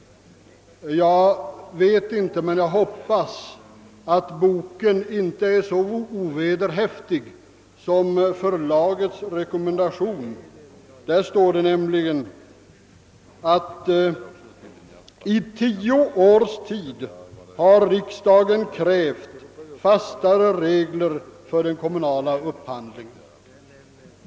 Jag hoppas att boken inte är lika ovederhäftig som förlagets rekommendation. Där heter det nämligen att riksdagen i tio års tid har krävt fastare regler för den kommunala upphandlingen.